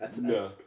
No